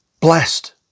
Blessed